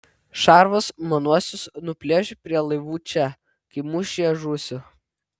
šarvus manuosius nuplėš prie laivų čia kai mūšyje žūsiu